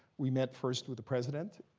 we met first with the president.